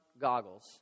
goggles